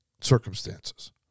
circumstances